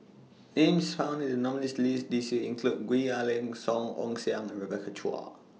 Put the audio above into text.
Names found in The nominees' list This Year include Gwee Ah Leng Song Ong Siang Rebecca Chua